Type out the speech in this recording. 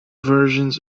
versions